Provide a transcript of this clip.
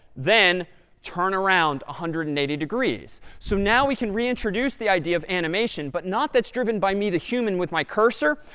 then turn around one hundred and eighty degrees. so now we can reintroduce the idea of animation. but not that's driven by me, the human, with my cursor.